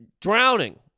drowning